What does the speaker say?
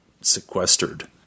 sequestered